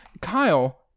Kyle